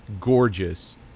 Gorgeous